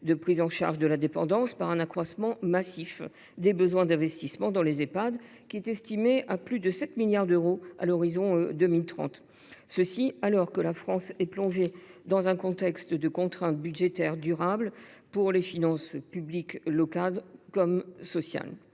de prise en charge de la dépendance, par un accroissement massif des besoins d’investissement dans les Ehpad, estimé à plus de 7 milliards d’euros à l’horizon 2030, et ce alors que la France est plongée dans un contexte qui fait peser des contraintes budgétaires durables sur les finances publiques, locales comme sociales.